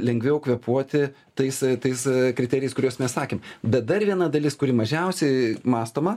lengviau kvėpuoti tais tais kriterijais kuriuos mes sakėm bet dar viena dalis kuri mažiausiai mąstoma